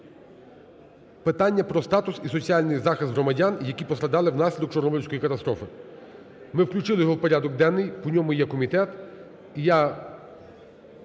питання про статус і соціальний захист громадян, які постраждали внаслідок Чорнобильської катастрофи. Ми включили його в порядок денний, по ньому є комітет